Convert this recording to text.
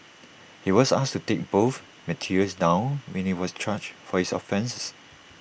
he was asked to take both materials down when he was charged for his offences